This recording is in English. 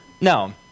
No